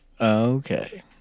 Okay